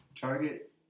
Target